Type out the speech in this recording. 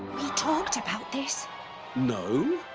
we talked about this no,